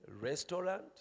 Restaurant